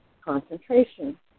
concentration